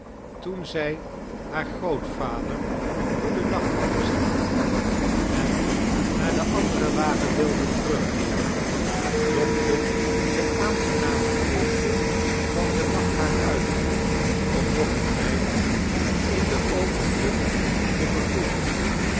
toen zij haar grootvader goeden nacht had gezegd en naar den anderen wagen wilde terugkeeren lokte de aangename koelte van den nacht haar uit om nog een weinig in de opene lucht te vertoeven